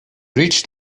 reached